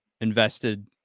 invested